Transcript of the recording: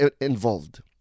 involved